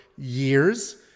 Years